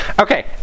Okay